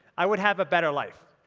i would have a better life.